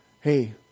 Hey